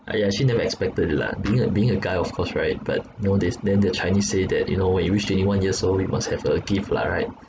I actually never expected it lah being a being a guy of course right but nowadays then the chinese say that you know when you reach twenty one years old we must have a gift lah right